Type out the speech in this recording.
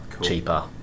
cheaper